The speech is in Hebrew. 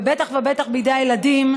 ובטח ובטח בידי הילדים,